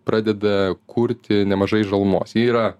pradeda kurti nemažai žalumos ji yra